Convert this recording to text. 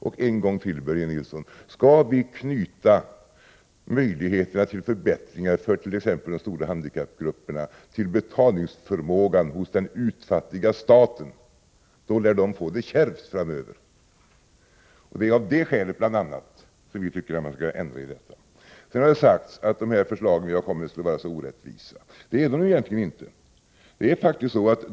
Till Börje Nilsson vill jag återigen säga: Om vi skall knyta möjligheterna till förbättringar för t.ex. de stora handikappgrupperna till betalningsförmågan hos den utfattiga staten, då lär dessa grupper få det kärvt framöver. Det är bl.a. av detta skäl som vi tycker att man skall genomföra förändringar på det här området. Det har sagts att förslagen vi kommer med skulle vara orättvisa. Det är de egentligen inte.